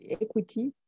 equity